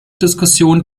diskussion